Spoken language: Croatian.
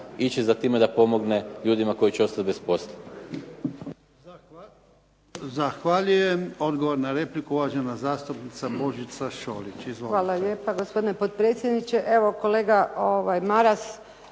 ići za time da pomogne ljudima koji će ostati bez posla.